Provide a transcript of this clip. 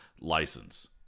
license